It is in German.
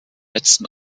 letzten